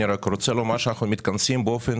אני רק רוצה לומר שאנחנו מתכנסים באופן